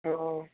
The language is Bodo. औ